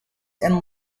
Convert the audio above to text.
and